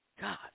God